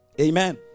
Amen